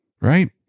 right